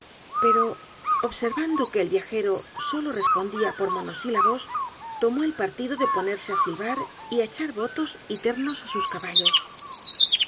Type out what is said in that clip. pero observando que el viajero solo respondia por monosílabos tomó el partido de ponerse á silbar y á echar votos y ternos á sus caballos